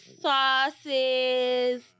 sauces